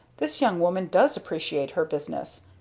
this young woman does appreciate her business!